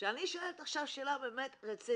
אני שואלת עכשיו שאלה רצינית,